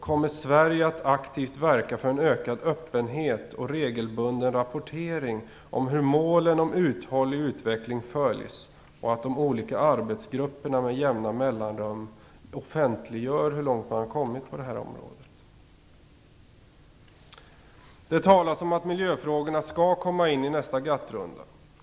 Kommer Sverige att aktivt verka för en ökad öppenhet och regelbunden rapportering om hur målen om uthållig utveckling följs och för att de olika arbetsgrupperna med jämna mellanrum offentliggör hur långt man har kommit på detta område? Det talas om att miljöfrågorna skall komma med i nästa GATT-runda.